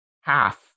half